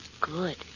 Good